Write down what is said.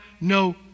no